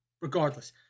regardless